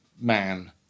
man